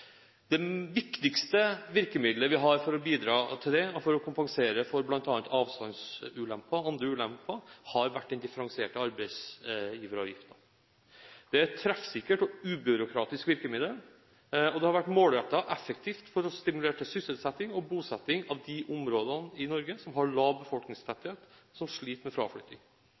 Det viktigste virkemiddelet vi har for å bidra til det, og for å kompensere for bl.a. avstandsulemper og andre ulemper, har vært den differensierte arbeidsgiveravgiften. Det er et treffsikkert og ubyråkratisk virkemiddel, og det har vært målrettet og effektivt for å stimulere til sysselsetting og bosetting i de områdene av Norge som har lav befolkningstetthet, og som sliter med fraflytting.